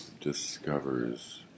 discovers